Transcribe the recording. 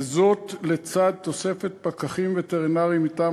וזאת לצד תוספת פקחים וטרינריים מטעם